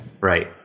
Right